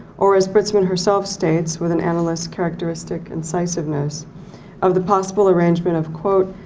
or as britzman herself states with an analyst characteristic incisiveness of the possible arrangement of quote,